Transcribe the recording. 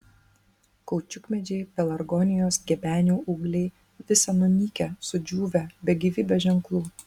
kaučiukmedžiai pelargonijos gebenių ūgliai visa nunykę sudžiūvę be gyvybės ženklų